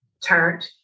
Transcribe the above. turned